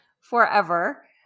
forever